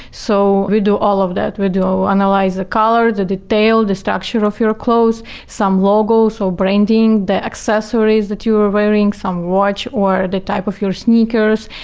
so we do all of that. we do analyze the color, the detail, the structure of your clothes. some logos or branding, the accessories that you are wearing some watch or the type of your sneakers.